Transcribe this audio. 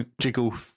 Jiggle